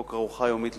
חוק ארוחה יומית לתלמיד,